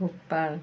Bhopal